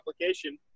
application